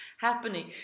happening